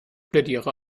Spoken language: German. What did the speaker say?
plädiere